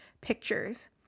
pictures